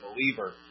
believer